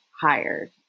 hired